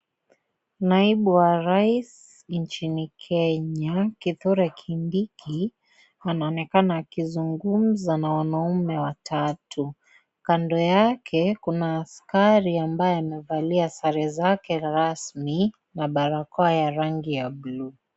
Naibu wa rais nchini Kenya Kithure kindiki anaonekana akizungumza na wanaume watatu, kando yake kuna askari ambaye amevalia sare zake rasmi na barakoa ya rangi ya bulu.